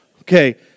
Okay